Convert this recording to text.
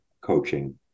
coaching